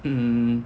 hmm